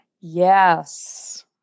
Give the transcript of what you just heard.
Yes